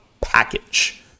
package